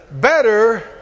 better